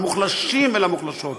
למוחלשים ולמוחלשות,